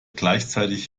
gleichzeitig